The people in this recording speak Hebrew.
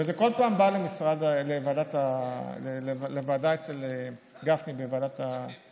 וזה בכל פעם בא לגפני לוועדת הכספים,